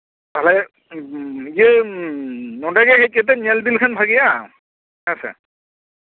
ᱛᱟᱦᱞᱮ ᱤᱭᱟᱹ ᱱᱚᱸᱰᱮᱜᱮ ᱦᱮᱡ ᱠᱟᱛᱮᱫ ᱧᱮᱞ ᱤᱫᱤ ᱞᱮᱠᱷᱟᱱ ᱵᱷᱟᱜᱮᱜᱼᱟ ᱦᱮᱸ ᱥᱮ